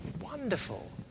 Wonderful